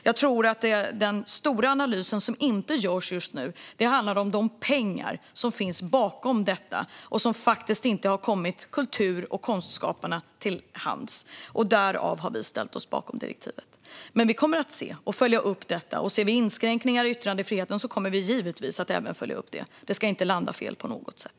Jag tror att den stora analysen, som just nu inte görs, handlar om de pengar som finns bakom detta och som faktiskt inte har kommit kultur och konstskaparna till del. Därför har vi ställt oss bakom direktivet. Vi kommer dock att följa upp detta, och ser vi inskränkningar i yttrandefriheten kommer vi givetvis att följa upp det. Det ska inte landa fel på något sätt.